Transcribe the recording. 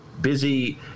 busy